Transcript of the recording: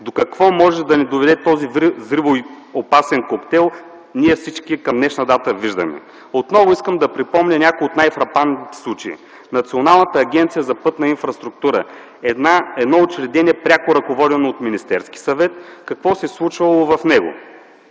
До какво може да ни доведе този взривоопасен коктейл, ние всички към днешна дата виждаме. Отново искам да припомня някои от най-фрапантните случаи. Националната агенция „Пътна инфраструктура” – едно учреждение, пряко ръководено от Министерския съвет – какво се е случвало в него?